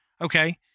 Okay